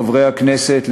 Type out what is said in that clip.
חברי הכנסת,